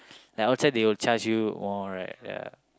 but outside they'll charge you more right ya